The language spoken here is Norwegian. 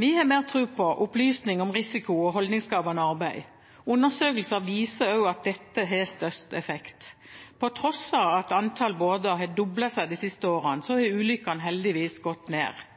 Vi har mer tro på opplysning om risiko og holdningsskapende arbeid. Undersøkelser viser også at dette har størst effekt. På tross av at antall båter har doblet seg de siste årene, har antall ulykker heldigvis gått ned.